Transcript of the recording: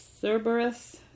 Cerberus